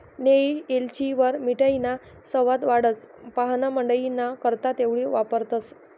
नियी येलचीवरी मिठाईना सवाद वाढस, पाव्हणामंडईना करता तेवढी वापरतंस